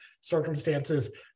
circumstances